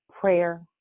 prayer